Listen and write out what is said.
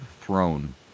throne